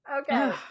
okay